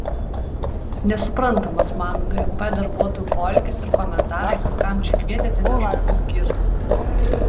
nesuprantamas man gmp darbuotojų poelgis ir komentarai kad kam čia kvietėte nes žmogus girtas